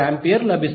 లభిస్తుంది